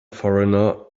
foreigner